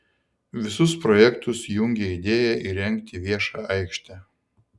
visus projektus jungia idėja įrengti viešą aikštę